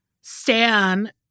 stan